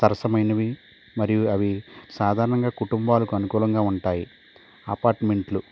సరసమైనవి మరియు అవి సాధారణంగా కుటుంబాలకు అనుకూలంగా ఉంటాయి అపార్ట్మెంట్లు